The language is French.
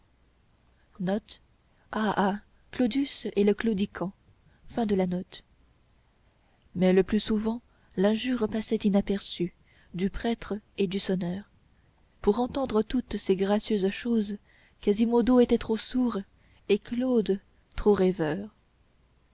claudius cum claudo mais le plus souvent l'injure passait inaperçue du prêtre et du sonneur pour entendre toutes ces gracieuses choses quasimodo était trop sourd et claude trop rêveur